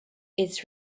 its